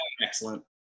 excellent